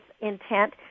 intent